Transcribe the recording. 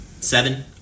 Seven